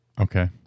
Okay